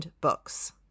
books